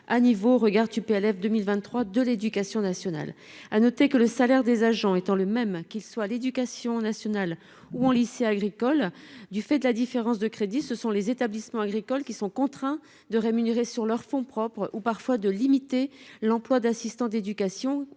à niveau au regard du PLF 2023, de l'éducation nationale, à noter que le salaire des agents étant le même qu'il soit l'éducation nationale ou en lycée agricole du fait de la différence de crédit, ce sont les établissements agricoles qui sont contraints de rémunérer sur leurs fonds propres ou parfois de limiter l'emploi d'assistants d'éducation,